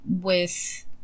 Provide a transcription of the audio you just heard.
with-